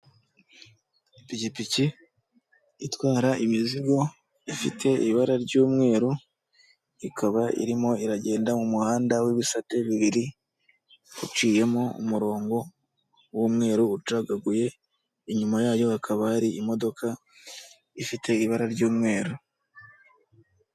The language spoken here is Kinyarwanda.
Ipikipiki itwara imizigo, ifite ibara ry'umweru, ikaba irimo iragenda mu muhanda w'ibisate bibiri, uciyemo umurongo w'umweru, ucagaguye, inyuma yayo hakaba hari imodoka ifite ibara ry'umweru.